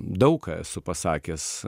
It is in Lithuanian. daug ką esu pasakęs